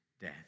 death